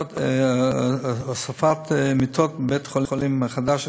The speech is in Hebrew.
הוספת מיטות בבית-החולים החדש,